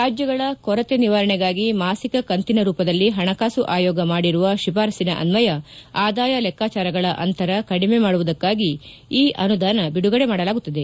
ರಾಜ್ನಗಳ ಕೊರತೆ ನಿವಾರಣೆಗಾಗಿ ಮಾಸಿಕ ಕಂತಿನ ರೂಪದಲ್ಲಿ ಹಣಕಾಸು ಆಯೋಗ ಮಾಡಿರುವ ಶಿಫಾರಸಿನ ಅನ್ನಯ ಆದಾಯ ಲೆಕಾಚಾರಗಳ ಅಂತರ ಕಡಿಮೆ ಮಾಡುವುದಕ್ನಾಗಿ ಈ ಅನುದಾನ ಬಿಡುಗಡೆ ಮಾಡಲಾಗುತ್ತದೆ